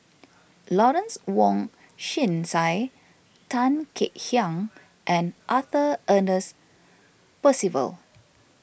Lawrence Wong Shyun Tsai Tan Kek Hiang and Arthur Ernest Percival